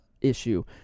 issue